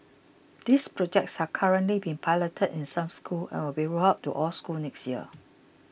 these projects are currently being piloted in some schools and will be rolled out to all schools next year